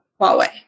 Huawei